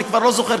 אני כבר לא זוכר.